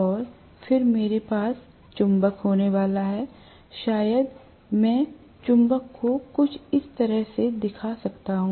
और फिर मेरे पास चुंबक होने वाला है शायद मैं चुंबक को कुछ इस तरह से दिखा सकता हूं